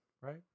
right